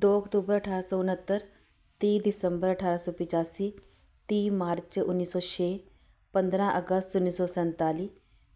ਦੋ ਅਕਤੂਬਰ ਅਠਾਰਾਂ ਸੌ ਉਣੱਤਰ ਤੀਹ ਦਿਸੰਬਰ ਅਠਾਰਾਂ ਸੌ ਪਚਾਸੀ ਤੀਹ ਮਾਰਚ ਉੱਨੀ ਸੌ ਛੇ ਪੰਦਰਾਂ ਅਗਸਤ ਉੱਨੀ ਸੌ ਸੰਤਾਲੀ